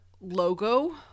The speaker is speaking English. logo